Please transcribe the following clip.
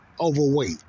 overweight